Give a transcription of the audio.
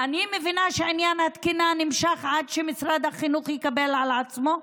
אני מבינה שעניין התקינה נמשך עד שמשרד החינוך יקבל על עצמו,